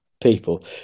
people